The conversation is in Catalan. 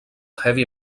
heavy